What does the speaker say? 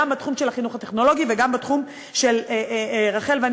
גם בתחום הטכנולוגי וגם בתחום שרחל ואני